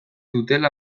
dutela